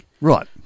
Right